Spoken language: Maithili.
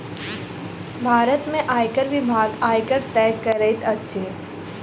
भारत में आयकर विभाग, आयकर तय करैत अछि